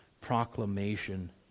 proclamation